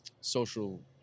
social